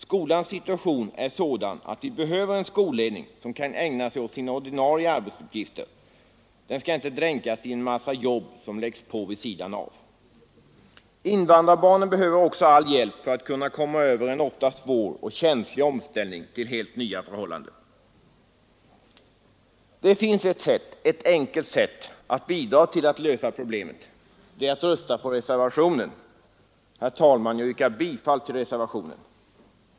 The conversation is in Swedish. Skolans situation är sådan att vi behöver en skolledning som kan ägna sig åt sina ordinarie arbetsuppgifter; den skall inte dränkas i en massa jobb som läggs på den vid sidan av. Invandrarbarnen behöver också all hjälp för att komma över en ofta svår och känslig omställning till helt nya förhållanden. Det finns ett sätt — ett enkelt sätt! — att bidra till att lösa problemet. Det är att rösta på reservationen. Herr talman! Jag yrkar bifall till reservationen.